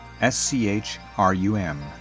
S-C-H-R-U-M